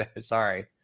Sorry